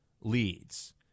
leads